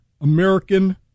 American